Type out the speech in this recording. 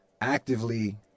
Actively